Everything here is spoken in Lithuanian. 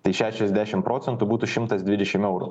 tai šešiasdešim procentų būtų šimtas dvidešim eurų